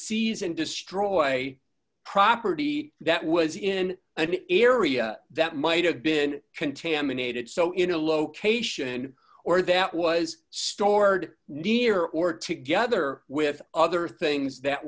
and destroy property that was in an area that might have been contaminated so in a location or that was stored near or together with other things that